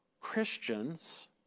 Christians